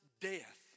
death